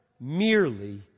merely